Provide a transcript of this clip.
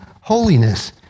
holiness